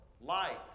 light